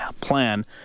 plan